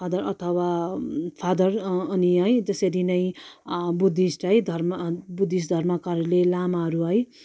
father अथवा father अनि है त्यसरी नै बुद्धिस्ट है धर्म बुद्धिस्ट धर्मकाहरूले लामाहरू है